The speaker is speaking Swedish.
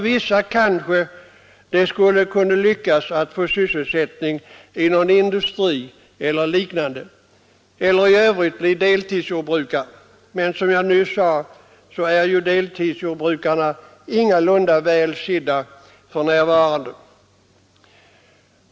Vissa kanske kan lyckas få sysselsättning i någon industri eller liknande eller bli deltidsjordbrukare. Men som jag nyss sade är deltidsjordbrukarna ingalunda väl sedda för närvarande.